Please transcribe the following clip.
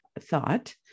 thought